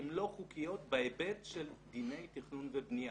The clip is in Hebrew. הן לא חוקיות בהיבט של דיני תכנון ובניה,